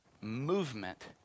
movement